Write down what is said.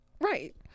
Right